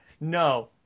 No